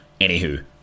Anywho